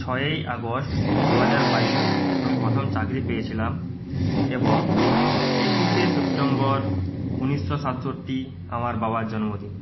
ছয়ই আগস্ট দুহাজার বাইশ আমি প্রথম চাকরি পেয়েছিলাম এবং একুশে সেপ্টেম্বর উনিশশো সাতষট্টি আমার বাবার জন্মদিন